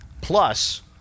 plus